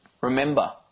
Remember